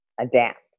adapt